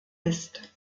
ist